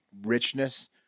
richness